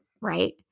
Right